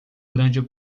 grande